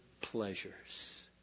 pleasures